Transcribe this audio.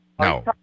No